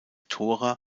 tora